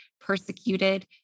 persecuted